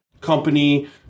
company